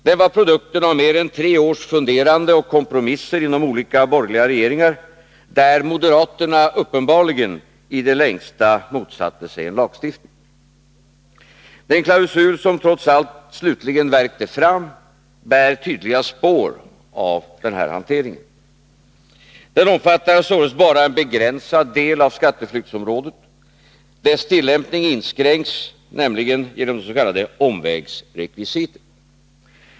Den var produkten av mer än tre års funderande och kompromissande inom olika borgerliga regeringar, där moderaterna uppenbarligen i det längsta motsatte sig en lagstiftning. Den klausul som trots allt slutligen värkte fram bär tydliga spår av denna hantering. Den omfattade således bara en begränsad del av skatteflyktsområdet. Dess tillämpning inskränks nämligen genom den s.k. omvägsrekvisiten.